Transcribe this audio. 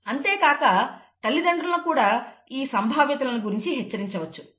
అంతేకాక తల్లిదండ్రులను కూడా ఈ సంభావ్యతలను గురించి హెచ్చరించవచ్చు